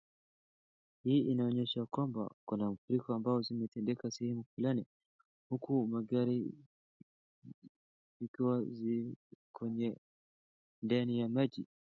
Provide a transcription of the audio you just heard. Hii inaonyesha ya kwamba kuna mafuriko ambao zimetendeka sehemu fulani uku magari yakiwa zi kwenye ndani ya maji.